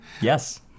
Yes